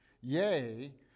Yea